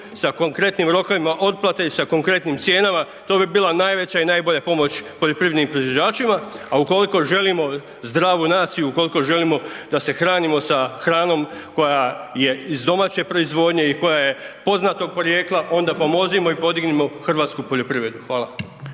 sa konkretnim rokovima otplate i sa konkretnim cijenama. To bi bila najveća i najbolja pomoć poljoprivrednim proizvođačima, a ukoliko želimo zdravu naciju i ukoliko želimo da se hranimo sa hranom koja je iz domaće proizvodnje i koja je poznatog porijekla onda pomozimo i podignimo hrvatsku poljoprivredu. Hvala.